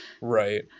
right